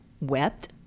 Wept